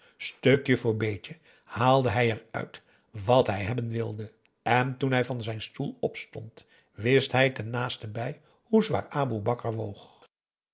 voor beetje haalde hij eruit wat hij hebben wilde en toen hij van zijn stoel opstond wist hij ten naasten bij hoe zwaar aboe bakar woog